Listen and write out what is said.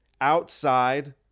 outside